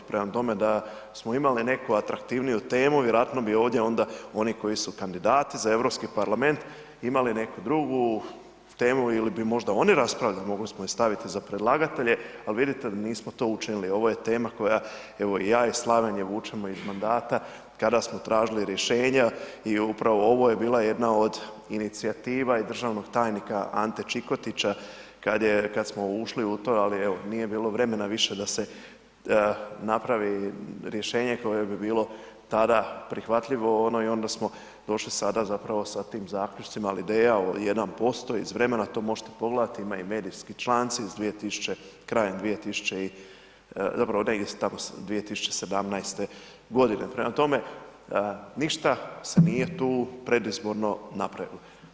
Prema tome, da smo imali neku atraktivniju temu, vjerojatno bi ovdje onda oni koji su kandidati za Europski parlament imali neku drugu temu ili bi možda oni raspravljali, mogli smo ih staviti za predlagatelje, al vidite da nismo to učinili, ovo je tema koja, evo i ja i Slaven je vučemo iz mandata kada smo tražili rješenja i upravo ovo je bila jedna od inicijativa i državnog tajnika Ante Čikotića kad smo ušli u to, al evo nije bilo vremena više da se napravi rješenje koje bi bilo tada prihvatljivo i onda smo došli sada zapravo sa tim zaključcima, ali i ideja od 1% iz vremena, to možete pogledati, imaju i medijski članci iz, krajem, zapravo ne, tamo iz 2017.g. Prema tome, ništa se nije tu predizborno napravilo.